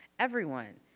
everyone?